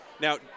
Now